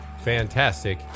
fantastic